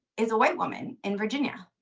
is a white woman in virginia?